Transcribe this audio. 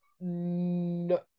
No